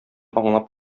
аңлап